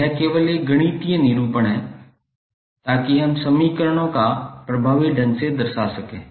यह केवल एक गणितीय निरूपण है ताकि हम समीकरणों का प्रभावी ढंग से दर्शा सकें